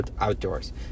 outdoors